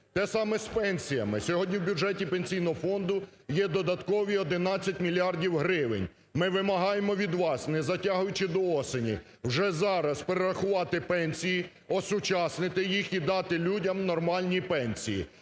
Те саме з пенсіями. Сьогодні в бюджеті Пенсійного фонду є додаткові 11 мільярдів гривень. Ми вимагаємо від вас, не затягуючи до осені, вже зараз перерахувати пенсії, осучаснити їх і дати людям нормальні пенсії.